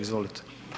Izvolite.